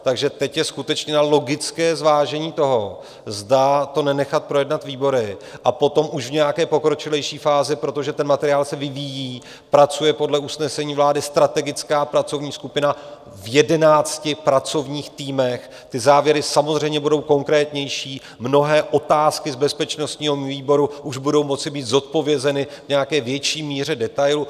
Takže teď je skutečně na logické zvážení toho, zda to nenechat projednat výbory a potom už v nějaké pokročilejší fázi protože ten materiál se vyvíjí, pracuje podle usnesení vlády strategická pracovní skupina v jedenácti pracovních týmech, ty závěry samozřejmě budou konkrétnější mnohé otázky z bezpečnostního výboru už budou moci být zodpovězeny v nějaké větší míře, detailu.